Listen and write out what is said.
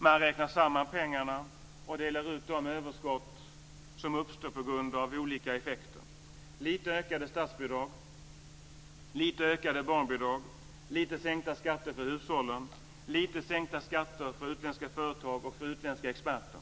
Man räknar samman pengarna och delar ut de överskott som uppstår på grund av olika effekter: lite ökade statsbidrag, lite ökade barnbidrag, lite sänkta skatter för hushållen, lite sänkta skatter för utländska företag och för utländska experter.